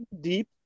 deep